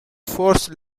force